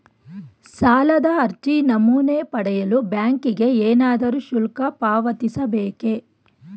ಸಾಲದ ಅರ್ಜಿ ನಮೂನೆ ಪಡೆಯಲು ಬ್ಯಾಂಕಿಗೆ ಏನಾದರೂ ಶುಲ್ಕ ಪಾವತಿಸಬೇಕೇ?